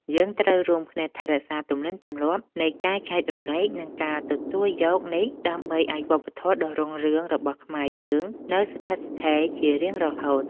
យើងត្រូវរួមគ្នាថែរក្សាទំនៀមទម្លាប់នៃការចែករំលែកនិងការទទួលយកនេះ ដើម្បីឱ្យវប្បធម៌ដ៏រុងរឿងរបស់ខ្មែរយើងនៅស្ថិតស្ថេរជារៀងរហូត។